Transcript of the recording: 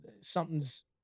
something's